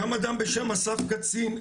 קם אדם בשם אסף קצין,